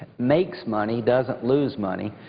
makes money, doesn't lose money,